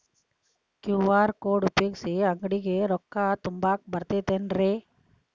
QR code ಉಪಯೋಗಿಸಿ, ಅಂಗಡಿಗೆ ರೊಕ್ಕಾ ತುಂಬಾಕ್ ಬರತೈತೇನ್ರೇ?